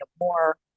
more